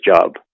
job